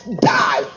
Die